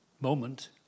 moment